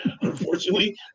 unfortunately